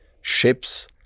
ships